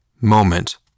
moment